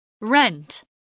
Rent